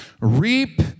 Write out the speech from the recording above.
Reap